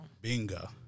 bingo